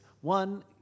one